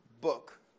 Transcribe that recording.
book